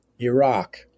Iraq